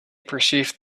perceived